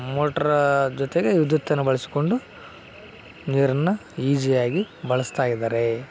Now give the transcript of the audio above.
ಮೋಟ್ರಾ ಜೊತೆಗೆ ವಿದ್ಯುತ್ತನ್ನು ಬಳಸ್ಕೊಂಡು ನೀರನ್ನು ಈಜಿಯಾಗಿ ಬಳಸ್ತಾ ಇದ್ದಾರೆ